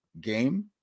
game